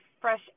fresh